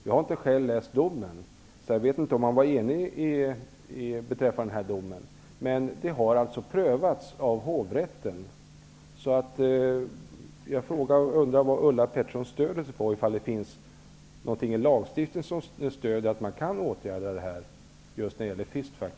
Jag har inte läst domen, så jag vet inte om rätten var enig beträffande domen. Men frågan har prövats av